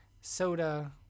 soda